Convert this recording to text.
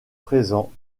présent